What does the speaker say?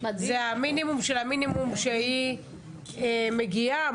זה המינימום של המינימום שאישה מגיעה.